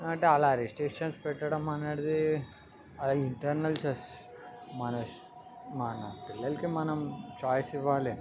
అంటే అలా రెస్ట్రిక్షన్స్ పెట్టడం అనేది ఇంటర్నల్ స్ట్రెస్ మన మన పిల్లలకి మనం ఛాయిస్ ఇవ్వాలి